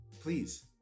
please